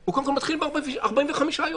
הוא קודם כול מתחיל ב-45 יום.